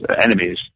enemies